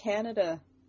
Canada